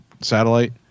satellite